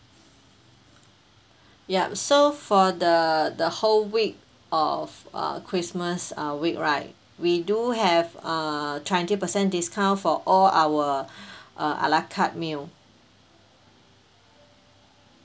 yup so for the the whole week of uh christmas uh week right we do have uh twenty percent discount for all our uh ala carte meal